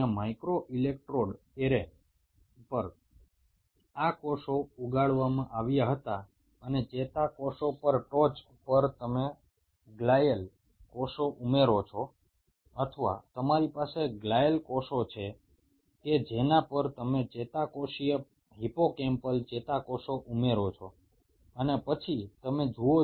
micro ইলেকট্রোডের array সংক্রান্ত একটি গবেষণায় দেখা গেছে যে নিউরণাল কোষগুলোর উপরে গ্লিয়ালকোষগুলো যোগ করলে বা তোমাদের কাছে গ্লিয়ালকোষ রয়েছে এবং তোমরা তার সাথে নিউরণাল হিপোক্যাম্পাল নিউরন যোগ করছো